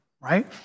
right